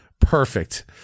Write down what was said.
Perfect